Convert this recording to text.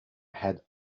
had